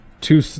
two